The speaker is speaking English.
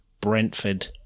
Brentford